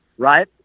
Right